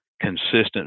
consistent